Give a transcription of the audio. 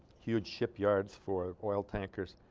huge shipyards for oil tankers